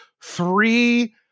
three